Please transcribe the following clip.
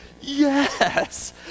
Yes